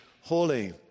holy